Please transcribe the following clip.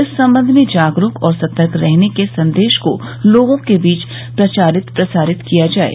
इस संबंध में जागरूक और सतर्क रहने के संदेश को लोगों के बीच प्रचारित प्रसारित किया जाये